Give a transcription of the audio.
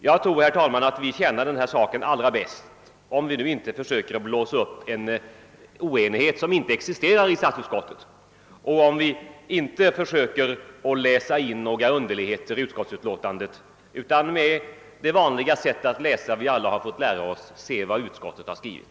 Jag tror, herr talman, att vi tjänar den här saken bäst, om vi inte försöker blåsa upp en oenighet som inte existerar i statsutskottet och om vi inte försöker läsa in några underligheter i utlåtandet utan med det vanliga sätt att läsa som vi alla har fått lära oss ser efter vad utskottet har skrivit.